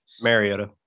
Mariota